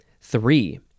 Three